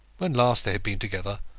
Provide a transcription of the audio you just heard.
when last they had been together,